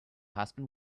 husband